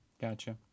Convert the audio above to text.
gotcha